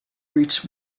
reached